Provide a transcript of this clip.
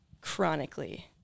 chronically